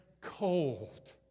cold